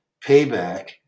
payback